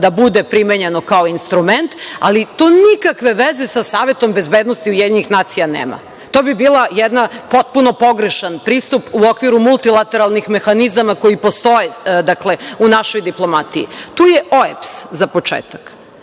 da bude primenjeno kao instrument, ali to nikakve veze sa Savetom bezbednosti UN nema. To bi bio jedan potpuno pogrešan pristup u okviru multilateralnih mehanizama koji postoje u našoj diplomatiji, tu je OEBS, za početak,